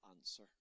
answer